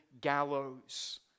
gallows